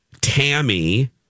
Tammy